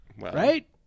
Right